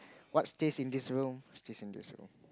what stays in this room stays in this room